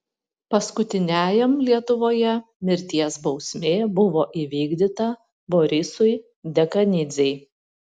paskutiniajam lietuvoje mirties bausmė buvo įvykdyta borisui dekanidzei